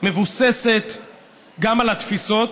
מבוססת גם על תפיסות